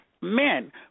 Men